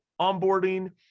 onboarding